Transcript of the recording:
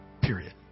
Period